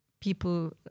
people